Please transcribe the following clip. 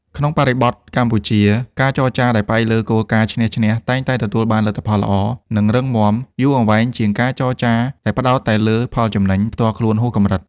នៅក្នុងបរិបទកម្ពុជា ការចរចាដែលផ្អែកលើគោលការណ៍ "ឈ្នះ-ឈ្នះ" តែងតែទទួលបានលទ្ធផលល្អ និងរឹងមាំយូរអង្វែងជាងការចរចាដែលផ្ដោតតែលើផលចំណេញផ្ទាល់ខ្លួនហួសកម្រិត។